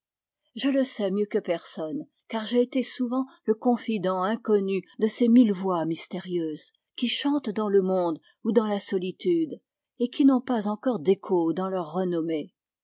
je le sais mieux que personne car j'ai été souvent le confident inconnu de ces mille voix mystérieuses qui chantent dans le monde ou dans la solitude et qui n ont pas encore d'écho dans leur renommée